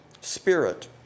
spirit